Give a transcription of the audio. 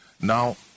Now